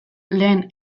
lehen